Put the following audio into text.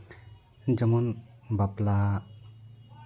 ᱡᱮᱢᱚᱱ ᱵᱟᱯᱞᱟ